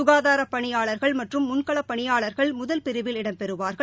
சுகாதார பணியாளா்கள் மற்றும் முன்களப் பணியாளா்கள் முதல் பிரிவில் இடம்பெறுவாா்கள்